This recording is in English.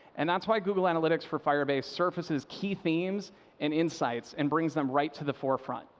and that's why google analytics for firebase surfaces key themes and insights and brings them right to the forefront.